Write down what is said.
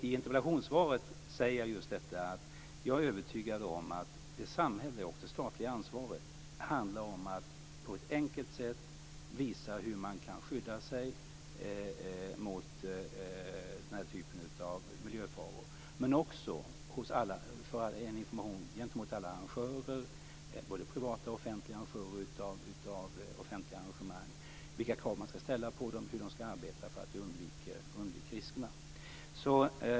I interpellationssvaret säger jag att jag är övertygad om att det samhälleliga och statliga ansvaret handlar om att på ett enkelt sätt visa hur man kan skydda sig mot den här typen av miljöfaror. Men det handlar också om en information till alla arrangörer, både privata och offentliga, om vilka krav man ska ställa på dem och hur de ska arbeta för att undvika riskerna.